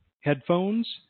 headphones